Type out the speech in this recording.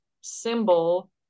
symbol